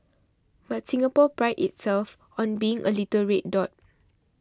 but Singapore prides itself on being a little red dot